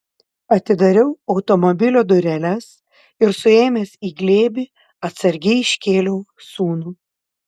atidariau automobilio dureles ir suėmęs į glėbį atsargiai iškėliau sūnų